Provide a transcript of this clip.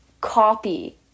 copy